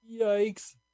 Yikes